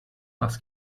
parce